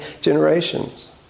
generations